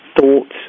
thoughts